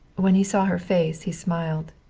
when he saw her face he smiled.